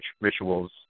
rituals